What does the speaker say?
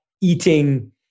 eating